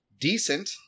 Decent